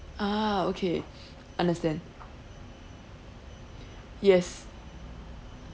ah okay understand yes